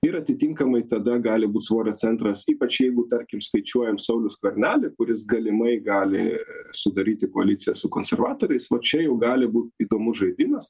ir atitinkamai tada gali būt svorio centras ypač jeigu tarkim skaičiuojam saulių skvernelį kuris galimai gali sudaryti koaliciją su konservatoriais vat čia jau gali būt įdomus žaidimas